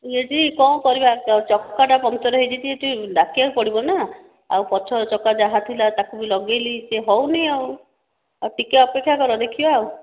ୟେ ଟି କଣ କରିବା ଚକା ଟା ପଙ୍କ୍ଚର ହୋଇଛି ଟି ଟିକେ ଡାକିବାକୁ ପଡିବ ନାଁ ଆଉ ପଛ ଚକ ଯାହାଥିଲା ତାକୁ ବି ଲଗେଇଲି ସିଏ ହେଉନି ଆଉ ଆଉ ଟିକେ ଅପେକ୍ଷା କର ଦେଖିବା ଆଉ